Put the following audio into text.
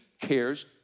cares